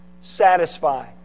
satisfy